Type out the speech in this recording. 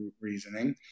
reasoning